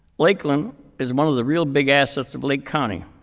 lakeland is one of the real big assets of lake county.